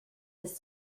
his